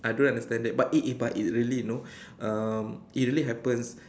I don't understand that but it it but it really you know um it really happens